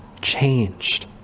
changed